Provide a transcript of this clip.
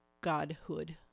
godhood